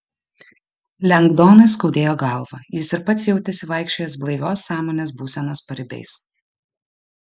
lengdonui skaudėjo galvą jis ir pats jautėsi vaikščiojąs blaivios sąmonės būsenos paribiais